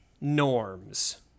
norms